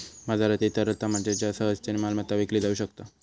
बाजारातील तरलता म्हणजे ज्या सहजतेन मालमत्ता विकली जाउ शकता